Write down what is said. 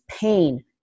pain